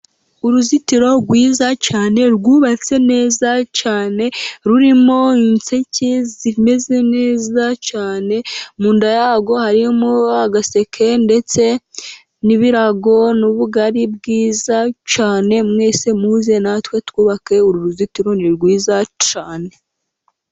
Uruzitiro rwiza cyane ,rwubatse neza cyane, rurimo inseke zimeze neza cyane, mu nda yarwo harimo agaseke ndetse n'ibirago n'ubugari bwiza cyane ,mwese muze natwe twubake uru ruzitiro ni rwiza cyane.